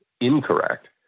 incorrect